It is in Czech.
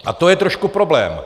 A to je trošku problém.